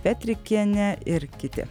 petrikienė ir kiti